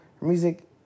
Music